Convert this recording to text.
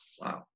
Wow